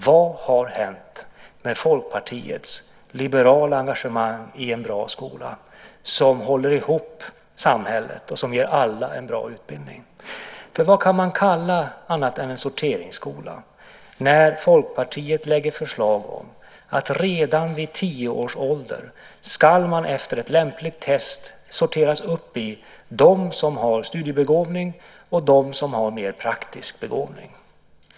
Vad har hänt med Folkpartiets liberala engagemang för en bra skola som håller ihop samhället och som ger alla en bra utbildning? Vad kan man kalla det annat än en sorteringsskola när Folkpartiet lägger fram förslag om att eleverna redan i tioårsåldern efter ett lämplighetstest ska sorteras upp i dem som har studiebegåvning och dem som har en mer praktisk begåvning?